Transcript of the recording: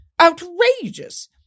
outrageous